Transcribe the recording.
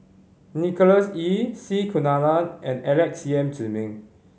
Nicholas Ee C Kunalan and Alex Yam Ziming